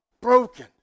broken